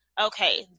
okay